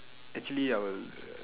actually I will